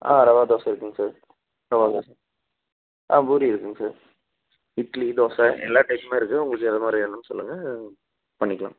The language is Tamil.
ஆ ரவை தோசை இருக்குங்க சார் ரவை தோசை ஆ பூரி இருக்குங்க சார் இட்லி தோசை எல்லா டிஷ்ஷுமே இருக்குது உங்களுக்கு எது மாதிரி வேணும்னு சொல்லுங்கள் பண்ணிக்கலாம்